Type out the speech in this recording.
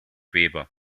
weber